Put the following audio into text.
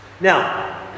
Now